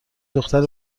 دختر